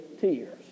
tears